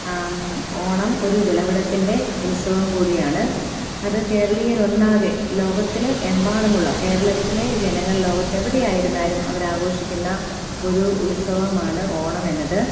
ഓണം ഒരു വിളവെടപ്പിൻ്റെ ഉത്സവം കൂടിയാണ് അത് കേരളീയർ ഒന്നാകെ ലോകത്തിൽ എമ്പാടുമുള്ള കേരളത്തിലെ ജനങ്ങൾ ലോകത്തെ എവിടെ ആയിരുന്നാലും അവർ ആഘോഷിക്കുന്ന ഒരു ഉത്സവമാണ് ഓണം എന്നത്